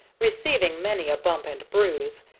receiving many a bump and bruise,